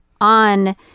on